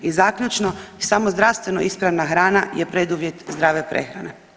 I zaključno, samo zdravstveno ispravna hrana je preduvjet zdrave prehrane, hvala.